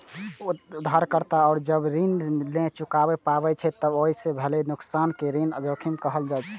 उधारकर्ता जब ऋण नै चुका पाबै छै, ते ओइ सं भेल नुकसान कें ऋण जोखिम कहल जाइ छै